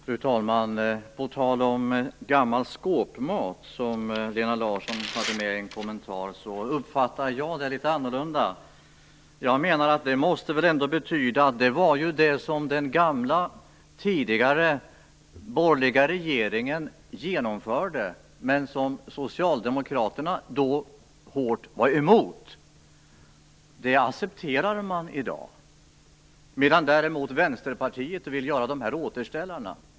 Fru talman! När det gäller gammal skåpmat, som Lena Larsson tog upp i en kommentar, uppfattar jag det litet annorlunda. Det måste väl ändå betyda att man i dag accepterar det som den tidigare, borgerliga regeringen genomförde men som Socialdemokraterna då bestämt var emot, medan Vänsterpartiet däremot vill göra återställarna.